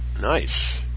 nice